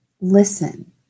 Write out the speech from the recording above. listen